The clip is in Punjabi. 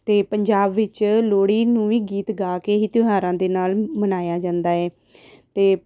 ਅਤੇ ਪੰਜਾਬ ਵਿੱਚ ਲੋਹੜੀ ਨੂੰ ਵੀ ਗੀਤ ਗਾ ਕੇ ਹੀ ਤਿਉਹਾਰਾਂ ਦੇ ਨਾਲ ਮਨਾਇਆ ਜਾਂਦਾ ਹੈ ਅਤੇ